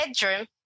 bedroom